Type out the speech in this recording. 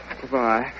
Goodbye